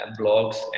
blogs